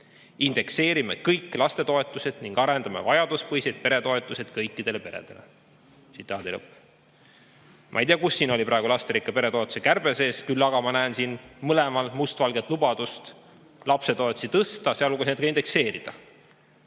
Indekseerime kõik lastetoetused ning arendame vajaduspõhiseid peretoetuseid kõikidele peredele." Ma ei tea, kus siin oli praegu lasterikka pere toetuse kärbe sees, küll aga ma näen siin mõlemal must valgel lubadust lapsetoetusi tõsta, sealhulgas indekseerida.